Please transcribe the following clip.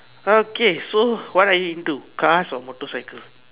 okay so what are you into cars or motorcycles